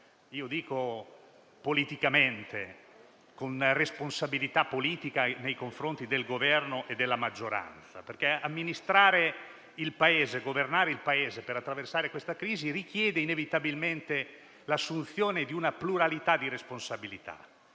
io dico - politicamente, con responsabilità politica nei confronti del Governo e della maggioranza, perché amministrare il Paese e governarlo per attraversare questa crisi richiede inevitabilmente l'assunzione di una pluralità di responsabilità.